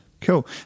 cool